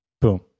boom